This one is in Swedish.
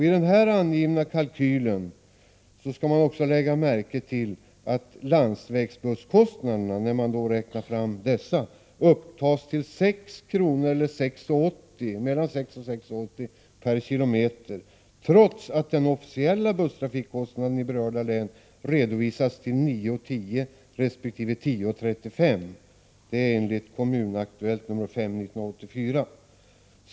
I den här angivna kalkylen skall vi också lägga märke till att landsvägsbusskostnaden har beräknats till 6:00-6:80 kr. 1984.